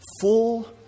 full